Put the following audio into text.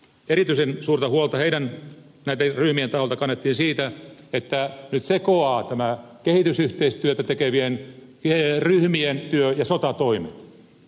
erityisen suurta huolta näiden ryhmien taholta kannettiin siitä että nyt sekoavat kehitysyhteistyötä tekevien ryhmien työ ja sotatoimet